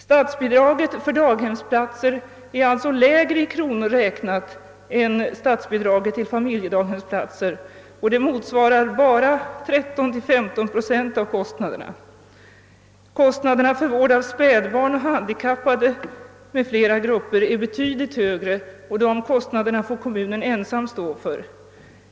Statsbidraget för daghemsplatser blir alltså lägre i kronor räknat än statsbidraget till familjedaghemsplatser, och det motsvarar bara 13 —15 procent av kostnaderna. Kostnaderna för vård av spädbarn och handikappade med flera grupper är betydligt högre, och dessa kostnader får kommunen ensam stå för.